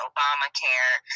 Obamacare